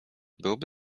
byłoby